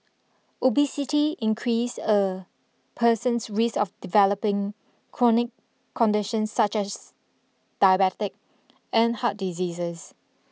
obesity increase a person's risk of developing chronic conditions such as diabetic and heart diseases